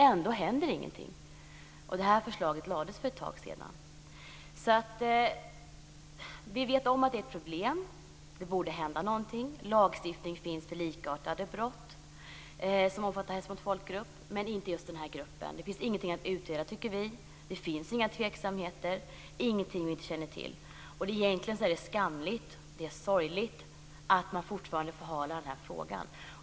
Ändå händer ingenting. Det här förslaget lades fram för ett tag sedan. Vi vet om att det är ett problem. Det borde hända något. Lagstiftning finns för likartade brott, de omfattas av hets mot folkgrupp. Men det gäller inte just den här gruppen. Vi tycker inte att det finns något att utreda. Det finns inga tveksamheter. Det finns ingenting som vi inte känner till. Egentligen är det skamligt, det är sorgligt, att man fortfarande förhalar den här frågan.